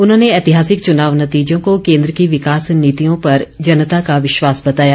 उन्होंने ऐतिहासिक चुनाव नतीजों को केन्द्र की विकास नीतियों पर जनता का विश्वास बताया